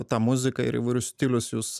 tą muziką ir įvairius stilius jūs